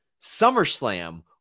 SummerSlam